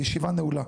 הישיבה נעולה.